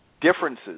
differences